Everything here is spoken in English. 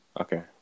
okay